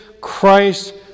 Christ